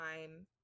time